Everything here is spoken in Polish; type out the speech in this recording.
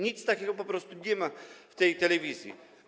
Niczego takiego po prostu nie ma w tej telewizji.